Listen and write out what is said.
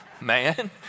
man